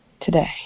today